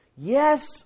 Yes